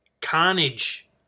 carnage